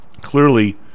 clearly